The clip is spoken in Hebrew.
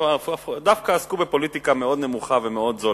היא דווקא עסקה בפוליטיקה מאוד נמוכה ומאוד זולה.